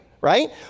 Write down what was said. right